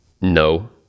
No